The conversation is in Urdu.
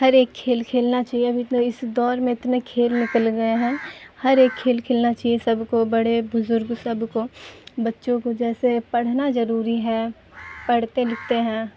ہر ایک کھیل کھیلنا چاہیے ابھی اس دور میں اتنے کھیل نکل گئے ہیں ہر ایک کھیل کھیلنا چاہیے سب کو بڑے بزرگ سب کو بچوں کو جیسے پڑھنا ضروری ہے پڑھتے لکھتے ہیں